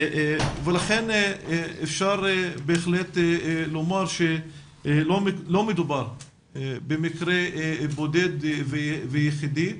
ולכן אפשר בהחלט לומר שלא מדובר במקרה בודד ויחידי.